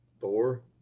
Thor